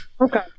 Okay